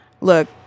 Look